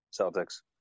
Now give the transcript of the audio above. Celtics